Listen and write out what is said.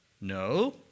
No